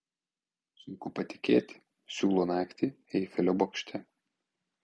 sunku patikėti siūlo naktį eifelio bokšte